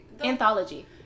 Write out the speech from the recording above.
anthology